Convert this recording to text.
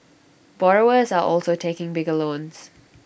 borrowers are also taking bigger loans